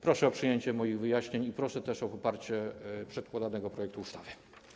Proszę o przyjęcie moich wyjaśnień i proszę o poparcie przedkładanego projektu ustawy.